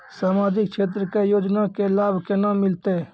समाजिक क्षेत्र के योजना के लाभ केना मिलतै?